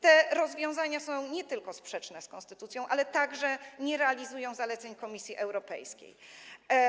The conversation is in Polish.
Te rozwiązania nie tylko są sprzeczne z konstytucją, ale także nie realizują zaleceń Komisji Europejskiej.